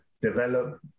develop